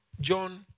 John